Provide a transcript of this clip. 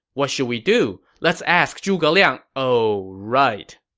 what should we do? let's ask zhuge liang, oh right.